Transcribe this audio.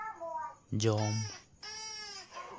ᱡᱚᱢ